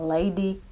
Lady